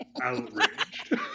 outraged